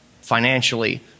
financially